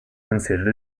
considered